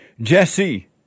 Jesse